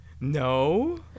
No